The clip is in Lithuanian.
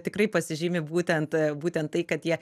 tikrai pasižymi būtent būtent tai kad jie